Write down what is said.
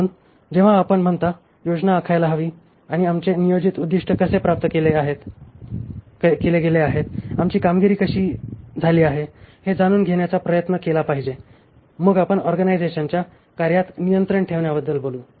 म्हणून जेव्हा आपण म्हणता योजना आखायला हवी आणि आमचे नियोजित उद्दीष्टे कसे प्राप्त केले गेले आहेत आमची कामगिरी कशी झाली आहे हे जाणून घेण्याचा प्रयत्न केला पाहिजे मग आपण ऑर्गनायझेशनच्या कार्यात नियंत्रण ठेवण्याबद्दल बोलू